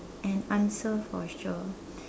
an answer for sure